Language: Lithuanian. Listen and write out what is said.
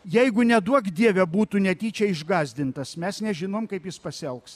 jeigu neduok dieve būtų netyčia išgąsdintas mes nežinom kaip jis pasielgs